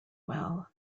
well